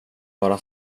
vara